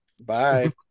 bye